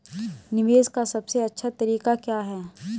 निवेश का सबसे अच्छा तरीका क्या है?